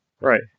Right